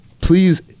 please